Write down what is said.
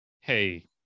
hey